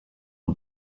ont